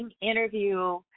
interview